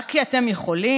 רק כי אתם יכולים?